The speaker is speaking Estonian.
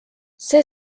see